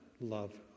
love